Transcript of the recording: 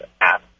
app